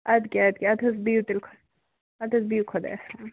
اَدٕ کیاہ اَدٕ کیاہ اَدٕ حظ بِہِو تیٚلہِ خۅدا اَدٕ حظ بِہِو خدایَس حَوالہٕ